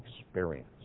experience